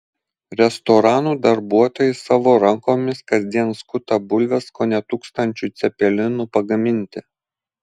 restoranų darbuotojai savo rankomis kasdien skuta bulves kone tūkstančiui cepelinų pagaminti